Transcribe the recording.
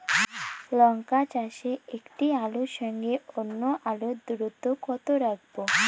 লঙ্কা চাষে একটি আলুর সঙ্গে অন্য আলুর দূরত্ব কত রাখবো?